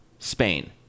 Spain